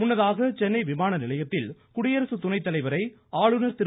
முன்னதாக சென்னை விமானநிலையத்தில் குடியரசு துணைத்தலைவரை ஆளுநர் திரு